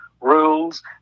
rules